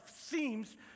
seems